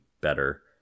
better